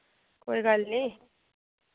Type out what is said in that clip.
कोई गल्ल निं